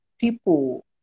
people